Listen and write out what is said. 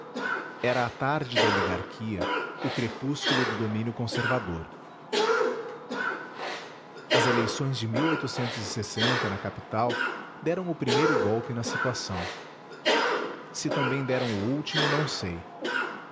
era a tarde da oligarquia o crepúsculo do domínio conservador as eleições de na capital deram o www nead unama br primeiro golpe na situação se também deram o último não sei